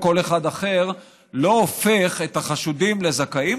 כל אחד אחר לא הופכים את החשודים לזכאים,